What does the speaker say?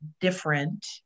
different